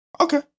Okay